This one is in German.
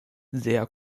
sehr